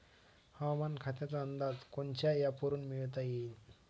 हवामान खात्याचा अंदाज कोनच्या ॲपवरुन मिळवता येईन?